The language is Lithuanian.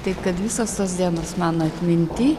taip kad visos tos dienos mano atminty